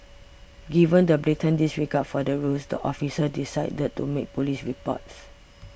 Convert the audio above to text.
given the blatant disregard for the rules the officer decided to make police reports